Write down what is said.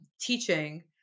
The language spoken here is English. teaching